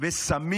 ושמים